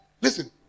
listen